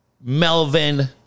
Melvin